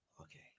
Okay